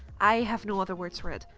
i have no other words for it.